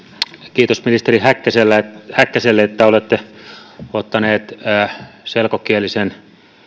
kiitos ministeri häkkäselle häkkäselle että olette ottanut selkokielisen